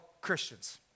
Christians